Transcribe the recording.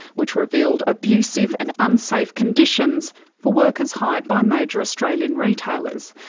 which revealed abusive and unsafe conditions for workers hired by major australian retailers.